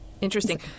Interesting